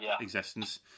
existence